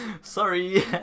sorry